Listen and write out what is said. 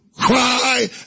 Cry